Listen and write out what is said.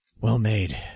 well-made